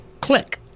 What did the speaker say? Click